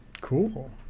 Cool